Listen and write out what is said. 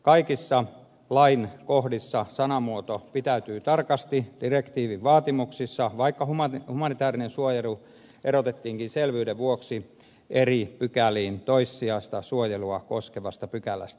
kaikissa lainkohdissa sanamuoto pitäytyy tarkasti direktiivin vaatimuksissa vaikka humanitäärinen suojelu erotettiinkin selvyyden vuoksi eri pykäliin toissijaista suojelua koskevasta pykälästä